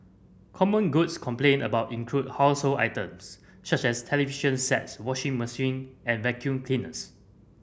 common goods complained about include household items such as television sets washing machine and vacuum cleaners